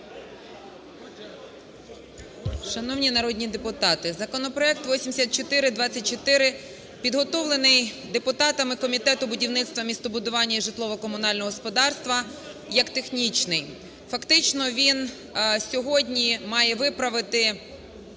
Шановні народні депутати, законопроект 8424, підготовлений депутатами Комітету будівництва, містобудування і житлово-комунального господарства як технічний. Фактично він сьогодні має виправити